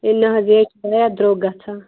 ہَے نہَ حظ یے چھُ زیادٕ درٛۅگ گژھان